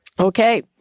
Okay